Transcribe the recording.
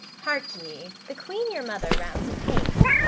hark ye the queen your mother rounds apace.